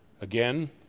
Again